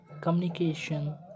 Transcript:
communication